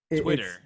Twitter